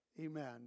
Amen